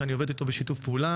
שאני עובד איתו בשיתוף פעולה,